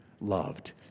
loved